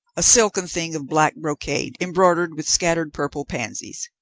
a silken thing of black brocade, embroidered with scattered purple pansies.